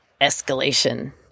escalation